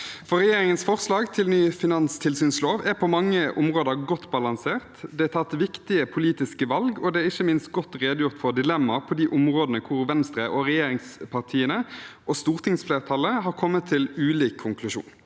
for regjeringens forslag til ny finanstilsynslov er på mange områder godt balansert. Det er tatt viktige politiske valg, og det er ikke minst godt redegjort for dilemmaer på de områdene hvor Venstre, regjeringspartiene og stortingsflertallet har kommet til ulik konklusjon.